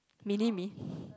mini me